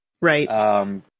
Right